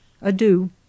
Adieu